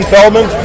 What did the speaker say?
Feldman